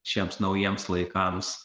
šiems naujiems laikams